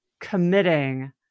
committing